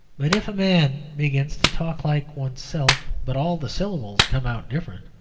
but if a man begins to talk like oneself, but all the syllables come out different,